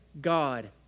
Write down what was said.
god